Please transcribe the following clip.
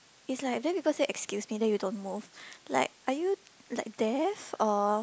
it's like when people say excuse me then you don't move like are you like deaf or